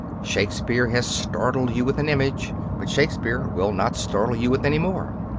shakespeare has startled you with an image but shakespeare will not startle you with any more.